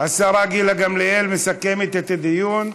השרה גילה גמליאל מסכמת את הדיון.